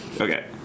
Okay